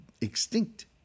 extinct